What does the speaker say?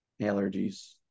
allergies